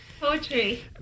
Poetry